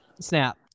snap